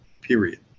Period